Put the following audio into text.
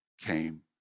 came